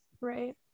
right